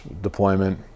deployment